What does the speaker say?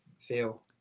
feel